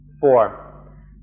four